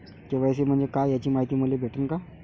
KYC म्हंजे काय याची मायती मले भेटन का?